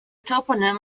toponym